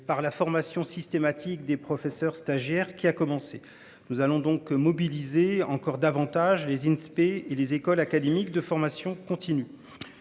par la formation systématique des professeurs stagiaires qui a commencé. Nous allons donc mobiliser encore davantage les Inspé et les écoles académique de formation continue.